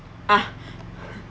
ah